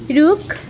रुख